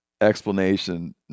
explanation